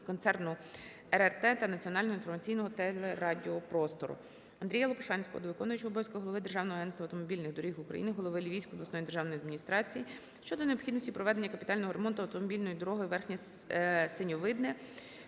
концерну "РРТ" та національного інформаційного телерадіопростору. АндріяЛопушанського до виконуючого обов'язків голови Державного агентства автомобільних доріг України, голови Львівської обласної державної адміністрації щодо необхідності проведення капітального ремонту автомобільної дороги Верхнє Синьовидне-Східниця